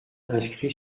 inscrit